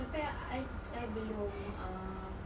tapi I I belum um